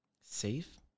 safe